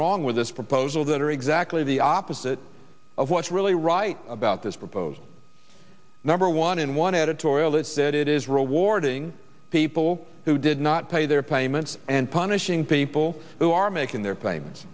wrong with this proposal that are exactly the opposite of what's really right about this proposal number one in one editorial it's that it is rewarding people who did not pay their payments and punishing people who are making their pa